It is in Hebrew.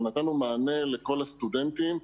נתנו מענה לכל הסטודנטים,